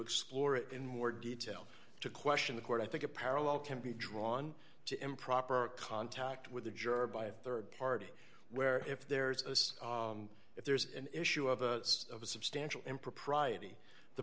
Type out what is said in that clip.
explore in more detail to question the court i think a parallel can be drawn to improper contact with a juror by a rd party where if there is as if there's an issue of a of a substantial impropriety the